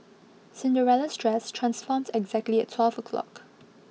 Cinderella's dress transformed exactly at twelve o' clock